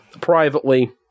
Privately